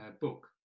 book